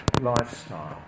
lifestyle